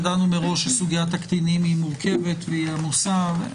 ידענו מראש שסוגיית הקטינים מורכבת והיא עמוסה.